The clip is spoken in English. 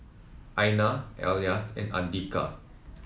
Aina Elyas and Andika